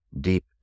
deep